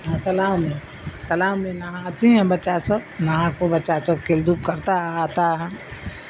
اور تالاب میں تالاب میں نہا آتے ہیں بچہ وچا نہا کے بچہ وچا کھیل دھوپ کرتا ہے آتا ہے